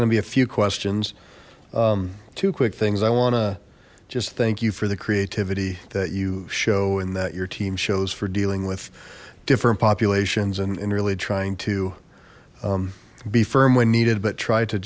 gonna be a few questions two quick things i want to just thank you for the creativity that you show and that your team shows for dealing with different populations and really trying to be firm when needed but try to